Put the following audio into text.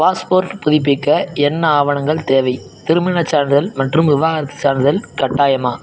passport புதுப்பிக்க என்ன ஆவணங்கள் தேவை திருமணச் சான்றிதழ் மற்றும் விவாகரத்து சான்றிதழ் கட்டாயமா